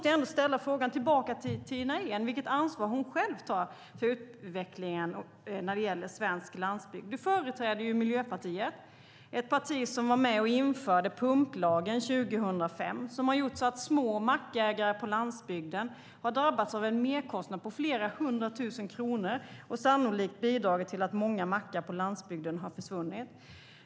Jag måste fråga Tina Ehn vilket ansvar hon själv tar för utvecklingen när det gäller svensk landsbygd. Du företräder Miljöpartiet, ett parti som var med och införde pumplagen 2005 och som har gjort så att små mackägare på landsbygden har drabbats av en merkostnad på flera hundra tusen kronor, vilket sannolikt har bidragit till att många mackar på landsbygden har försvunnit.